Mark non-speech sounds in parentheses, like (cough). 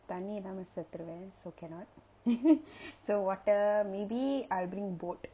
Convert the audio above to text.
தண்ணி இல்லாம செத்துடுவேன்:thanni illama sethuduvaen so cannot (noise) so water maybe I'll bring boat